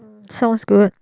sounds good